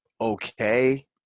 okay